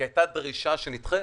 כי היתה דרישה שנדחית,